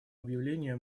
объявления